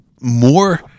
more